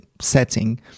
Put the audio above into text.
setting